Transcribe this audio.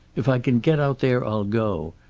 if i can get out there, i'll go.